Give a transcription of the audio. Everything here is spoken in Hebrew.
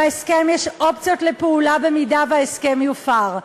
בהסכם יש אופציות לפעולה במידה שההסכם יופר,